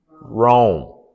Rome